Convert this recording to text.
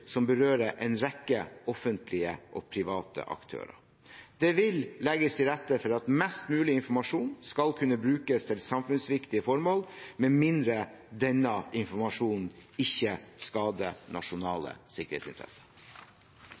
som berører en rekke offentlige og private aktører. Det vil legges til rette for at mest mulig informasjon skal kunne brukes til samfunnsviktige formål, med mindre denne informasjonen ikke skader nasjonale sikkerhetsinteresser.